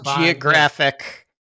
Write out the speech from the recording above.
geographic